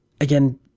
Again